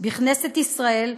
בכנסת ישראל,